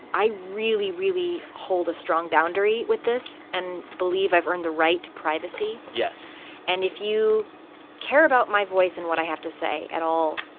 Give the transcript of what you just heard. i really, really hold a strong boundary with this and believe i've earned the right to privacy yes and if you care about my voice and what i have to say at all,